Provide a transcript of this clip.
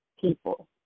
people